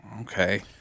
Okay